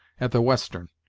at the western.